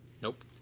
Nope